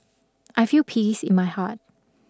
I feel peace in my heart